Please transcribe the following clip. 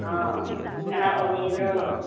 ꯑꯥ ꯀꯅꯥ ꯑꯣꯏꯕꯤꯕ꯭ꯔꯣ